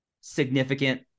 significant